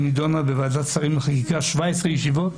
היא נדונה בוועדת שרים לחקיקה, 17 ישיבות,